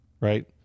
right